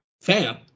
fam